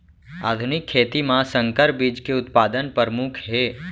आधुनिक खेती मा संकर बीज के उत्पादन परमुख हे